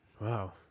wow